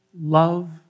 love